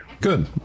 Good